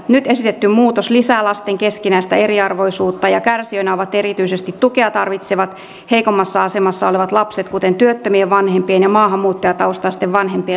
nyt esitetty muutos lisää lasten keskinäistä eriarvoisuutta ja kärsijöinä ovat erityisesti tukea tarvitsevat heikommassa asemassa olevat lapset kuten työttömien vanhempien ja maahanmuuttajataustaisten vanhempien lapset